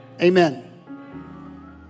Amen